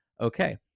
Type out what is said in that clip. Okay